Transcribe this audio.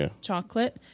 chocolate